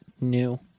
new